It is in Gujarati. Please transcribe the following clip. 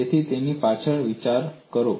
તેથી તેની પાછળનો વિચાર છે